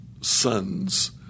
sons